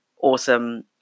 awesome